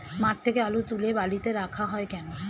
মাঠ থেকে আলু তুলে বালিতে রাখা হয় কেন?